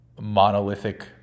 monolithic